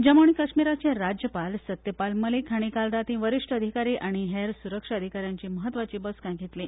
जम्मू आनी कश्मीराचे राज्यपाल सत्यपाल मलीक हांणी काल रातीं वरिश्ठ अधिकारी आनी हेर सुरक्षा अधिका यांची म्हत्वाची बसका घेतली